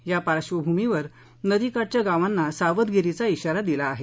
या पार्श्वभूमीवर नदीकाठच्या गावांना सावधगिरीचा इशारा दिला आहे